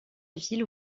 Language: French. ville